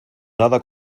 nada